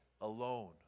alone